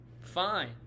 Fine